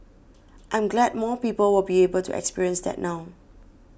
I'm glad more people will be able to experience that now